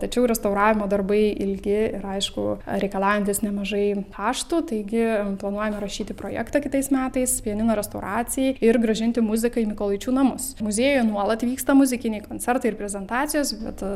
tačiau restauravimo darbai ilgi ir aišku reikalaujantys nemažai kaštų taigi planuojame rašyti projektą kitais metais pianino restauracijai ir grąžinti muziką į mykolaičių namus muziejuje nuolat vyksta muzikiniai koncertai ir prezentacijos bet